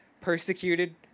persecuted